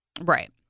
Right